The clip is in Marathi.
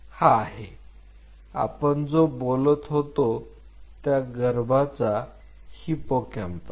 हा आहे आपण जो बोलत होतो त्या गर्भाचा हिप्पोकॅम्पस